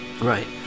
Right